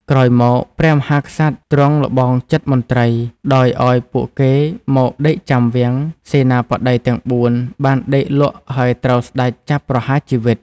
ក្រោយមក ព្រះមហាក្សត្រទ្រង់ល្បងចិត្តមន្ត្រី ដោយអោយពួកគេមកដេកចាំវាំង សេនាបតីទាំង ៤ បានដេកលក់ហើយត្រូវស្តេចចាប់ប្រហារជីវិត។